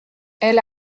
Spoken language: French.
elle